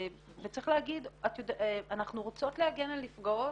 אנחנו רוצות להגן על נפגעות,